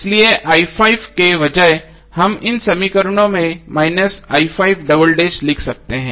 इसलिए के बजाय हम इन समीकरणों में लिख सकते हैं